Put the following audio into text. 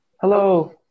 Hello